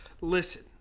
Listen